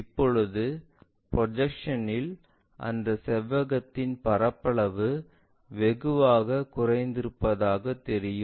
இப்போது ப்ரொஜெக்ஷன் இல் அந்த செவ்வகத்தின் பரப்பளவு வெகுவாகக் குறைந்திருப்பதாக தெரியும்